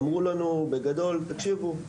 אמרנו לנו בגדול 'תקשיבו,